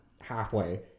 halfway